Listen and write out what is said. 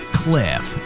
cliff